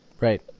Right